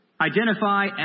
identify